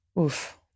Oof